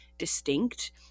Distinct